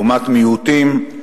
לעומת מיעוטים,